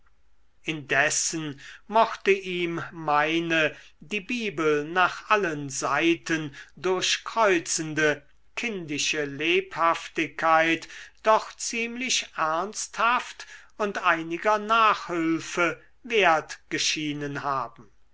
indessen mochte ihm meine die bibel nach allen seiten durchkreuzende kindische lebhaftigkeit doch ziemlich ernsthaft und einiger nachhülfe wert geschienen haben